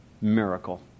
miracle